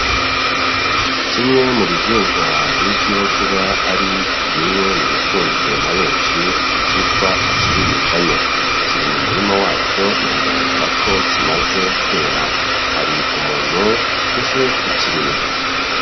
Kimwe mu bihingwa bizwiho kuba ari bimwe mu bikunzwe na benshi cyitwa ikibiringanya, kiri mu murima wacyo biragaragara ko kimaze kwera, hari umuntu uje kukireba.